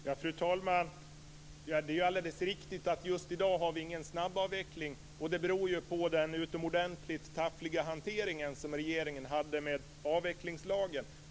Fru talman! Det är alldeles riktigt att vi just i dag inte har någon snabbavveckling. Det beror på den utomordentligt taffliga hanteringen av regeringen av avvecklingslagen.